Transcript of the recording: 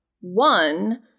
one